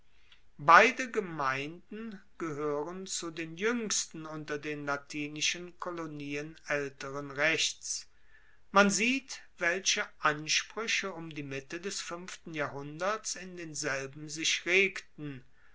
beide gemeinden gehoeren zu den juengsten unter den latinischen kolonien aelteren rechts man sieht welche ansprueche um die mitte des fuenften jahrhunderts in denselben sich regten